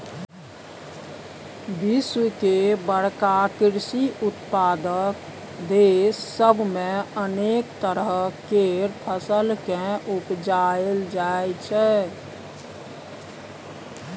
विश्व के बड़का कृषि उत्पादक देस सब मे अनेक तरह केर फसल केँ उपजाएल जाइ छै